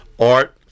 art